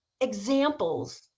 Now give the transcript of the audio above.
examples